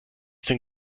denn